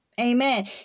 amen